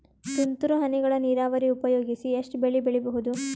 ತುಂತುರು ಹನಿಗಳ ನೀರಾವರಿ ಉಪಯೋಗಿಸಿ ಎಷ್ಟು ಬೆಳಿ ಬೆಳಿಬಹುದು?